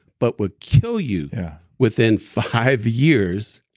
but would kill you yeah within five years,